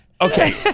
Okay